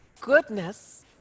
goodness